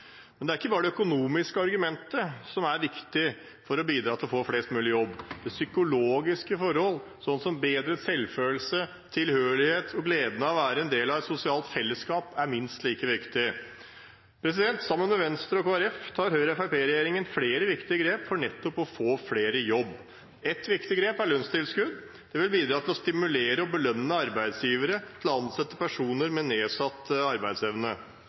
Men det er ikke bare det økonomiske argumentet som er viktig for å bidra til å få flest mulig i jobb, psykologiske forhold som bedre selvfølelse, tilhørighet og gleden av å være en del av et sosialt fellesskap er minst like viktig. Sammen med Venstre og Kristelig Folkeparti tar Høyre–Fremskrittsparti-regjeringen flere viktige grep for nettopp å få flere i jobb. Et viktig grep er lønnstilskudd. Det vil bidra til å stimulere og belønne arbeidsgivere til å ansette personer med nedsatt arbeidsevne.